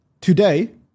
today